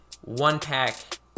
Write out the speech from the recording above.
one-pack